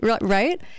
right